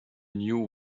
knew